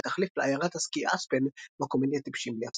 תחליף לעיירת הסקי אספן בקומדיה טיפשים בלי הפסקה.